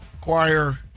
choir